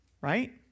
Right